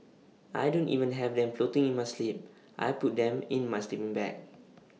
I don't even have them floating in my sleep I put them in my sleeping bag